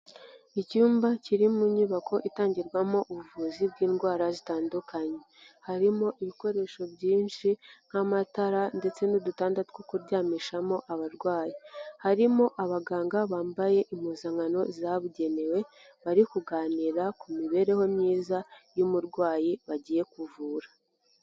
Icyumba kiri mu nyubako itangirwamo ubuvuzi bw'indwara zitandukanye. Harimo ibikoresho byinshi nk'amatara ndetse n'udutanda two kuryamishamo abarwayi. Harimo abaganga bambaye impuzankano zabugenewe, bari kuganira ku mibereho myiza y'umurwayi bagiye kuvura.